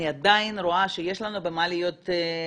אני עדיין רואה שיש לנו במה להתגאות,